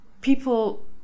people